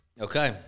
Okay